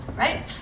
Right